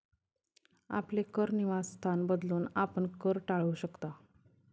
आपले कर निवासस्थान बदलून, आपण कर टाळू शकता